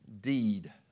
deed